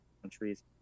countries